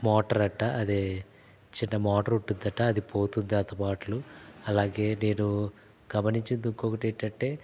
motor అట్ట అదే చిన్న మోటర్ ఉంటుందంట అది పోతుంది దానితోపాటు అలాగే నేను గమనించింది ఇంకోటేంటంటే